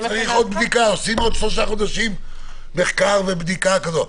צריך עוד בדיקה עושים עוד שלושה חודשים בדיקה כזאת.